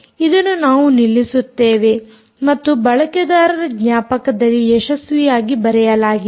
ಇದನ್ನು ನಾವು ನಿಲ್ಲಿಸುತ್ತೇವೆ ಮತ್ತು ಬಳಕೆದಾರರ ಜ್ಞಾಪಕದಲ್ಲಿ ಯಶಸ್ವಿಯಾಗಿ ಬರೆಯಲಾಗಿದೆ